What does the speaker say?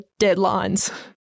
deadlines